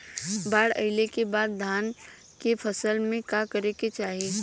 बाढ़ आइले के बाद धान के फसल में का करे के चाही?